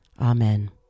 Amen